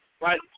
Right